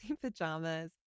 pajamas